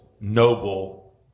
noble